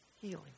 healing